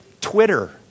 Twitter